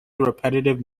repetitive